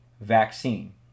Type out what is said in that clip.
vaccine